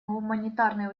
гуманитарные